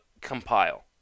compile